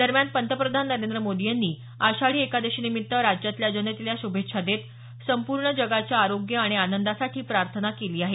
दरम्यान पंतप्रधान नरेंद्र मोदी यांनी आषाढी एकादशीनिमित्त राज्यातल्या जनतेला श्भेच्छा देत संपूर्ण जगाच्या आरोग्य आणि आनंदासाठी प्रार्थना केली आहे